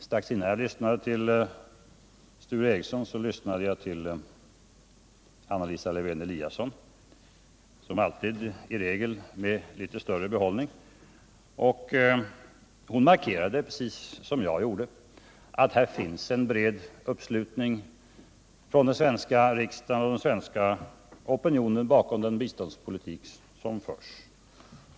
Strax innan jag lyssnade till Sture Ericson lyssnade jag till Anna Lisa Lewén Eliasson — som alltid med litet större behållning. Hon markerade, precis som jag gjorde, att det finns en bred uppslutning från den svenska riksdagen och den svenska opinionen bakom den biståndspolitik som förs.